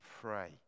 pray